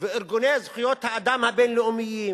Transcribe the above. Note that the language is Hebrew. ובארגוני זכויות האדם הבין-לאומיים,